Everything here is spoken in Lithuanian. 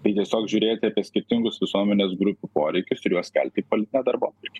tai tiesiog žiūrėti apie skirtingus visuomenės grupių poreikius ir juos kelti į politinę darbotvarkę